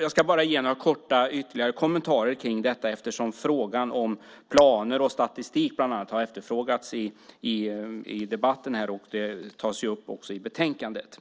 Jag ska bara kortfattat framföra några ytterligare kommentarer om detta eftersom frågan om bland annat planer och statistik har efterfrågats i debatten här och också tas upp i betänkandet.